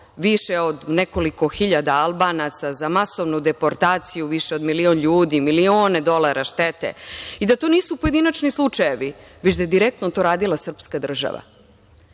više od nekoliko hiljada Albanaca, za masovnu deportaciju, više od milion ljudi, milione dolara štete i da to nisu pojedinačni slučajevi, već da je direktno to radila srpska država. Treba